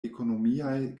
ekonomiaj